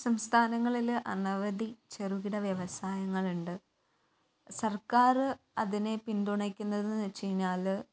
സംസ്ഥാനങ്ങളിൽ അനവധി ചെറുകിട വ്യവസായങ്ങളുണ്ട് സർക്കാർ അതിനെ പിന്തുണക്കുന്നതെന്ന് വെച്ച് കഴിഞ്ഞാൽ